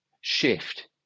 shift